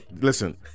Listen